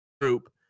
group